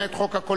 למעט חוק הקולנוע,